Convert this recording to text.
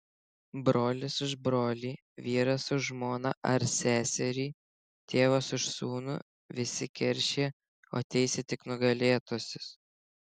brolis už brolį vyras už žmoną ar seserį tėvas už sūnų visi keršija o teisia tik nugalėtuosius